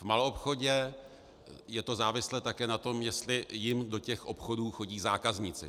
V maloobchodě je to závislé také na tom, jestli jim do obchodů chodí zákazníci.